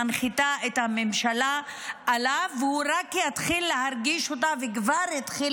המכות שמנחיתים על האזרחים בהצעת החוק מסוג